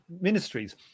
ministries